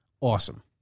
Awesome